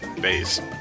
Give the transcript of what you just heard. base